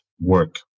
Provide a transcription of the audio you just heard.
work